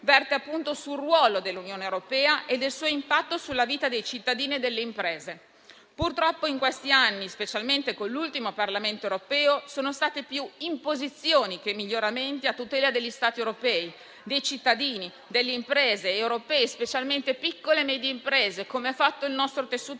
verte appunto sul ruolo dell'Unione europea e sul suo impatto sulla vita dei cittadini e delle imprese. Purtroppo in questi anni, specialmente con l'ultimo Parlamento europeo, sono state più le imposizioni che i miglioramenti a tutela degli Stati europei, dei cittadini, delle imprese europee, specialmente piccole e medie imprese (come quelle che compongono il nostro tessuto